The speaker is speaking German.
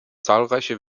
zahlreiche